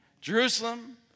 Jerusalem